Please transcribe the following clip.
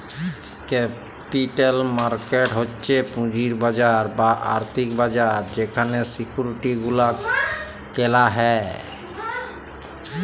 capital market হচ্ছ পুঁজির বাজার বা আর্থিক বাজার যেখালে সিকিউরিটি গুলা কেলা হ্যয়